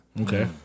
Okay